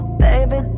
baby